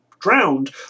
drowned